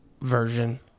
version